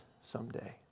someday